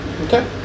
Okay